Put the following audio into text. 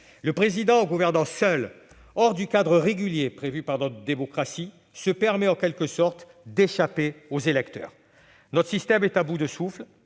en gouvernant seul, hors du cadre régulier prévu par notre démocratie, se permet en quelque sorte d'échapper aux électeurs. Notre système est à bout de souffle,